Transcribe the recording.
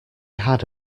had